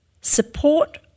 support